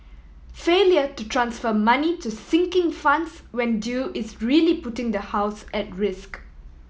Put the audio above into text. failure to transfer money to sinking funds when due is really putting the house at risk